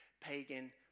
pagan